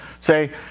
say